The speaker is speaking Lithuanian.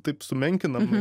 taip sumenkinamai